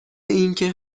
اینکه